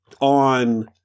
on